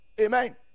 Amen